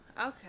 Okay